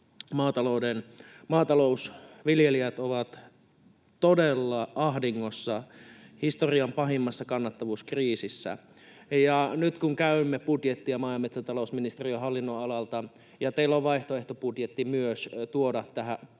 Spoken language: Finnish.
maatalous, viljelijät ovat todella ahdingossa, historian pahimmassa kannattavuuskriisissä ja kun nyt käymme budjettia maa- ja metsätalousministeriön hallinnonalalta ja teillä on vaihtoehtobudjetti myös tuoda tähänkin hallinnonalaan,